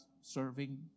serving